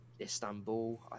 Istanbul